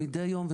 מדי יום,